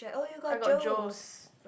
I got Joe's